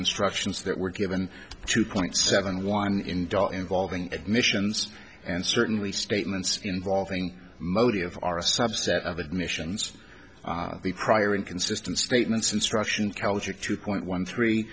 instructions that were given two point seven one in da involving admissions and certainly statements involving motive are a subset of admissions the prior inconsistent statements instruction culture two point one three